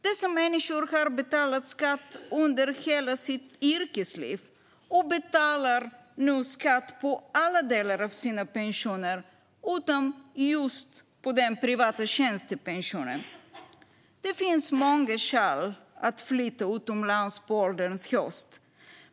Dessa människor har betalat skatt under hela sitt yrkesliv och betalar nu skatt på alla delar av sina pensioner, utom just den privata tjänstepensionen. Det finns många skäl att flytta utomlands på ålderns höst.